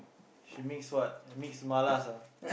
she mix what mix malas ah